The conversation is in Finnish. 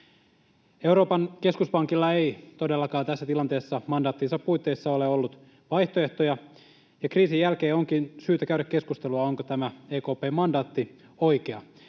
Euroopan keskuspankilla ei todellakaan tässä tilanteessa mandaattinsa puitteissa ole ollut vaihtoehtoja, ja kriisin jälkeen onkin syytä käydä keskustelua, onko tämä EKP:n mandaatti oikea.